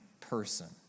person